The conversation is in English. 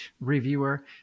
reviewer